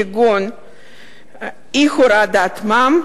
כגון אי-הורדת מע"מ,